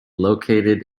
located